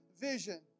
vision